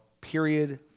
period